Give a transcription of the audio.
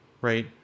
Right